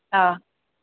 ꯑꯥ